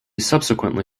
subsequently